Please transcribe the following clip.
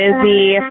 busy